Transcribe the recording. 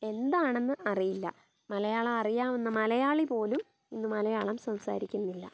എന്താണെന്ന് അറിയില്ല മലയാളം അറിയാവുന്ന മലയാളി പോലും ഇന്ന് മലയാളം സംസാരിക്കുന്നില്ല